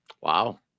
Wow